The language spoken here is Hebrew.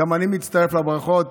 גם אני מצטרף לברכות,